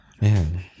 man